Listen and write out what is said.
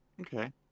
Okay